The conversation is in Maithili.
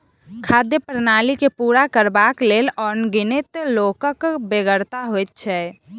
खाद्य प्रणाली के पूरा करबाक लेल अनगिनत लोकक बेगरता होइत छै